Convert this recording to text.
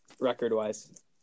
record-wise